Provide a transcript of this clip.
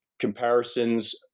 comparisons